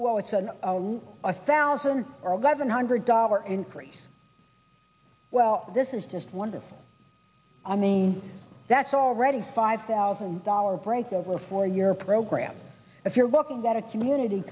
well it's an a thousand or seven hundred dollar increase well this is just wonderful i mean that's already five thousand dollars breaks over a four year program if you're looking at a community